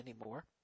anymore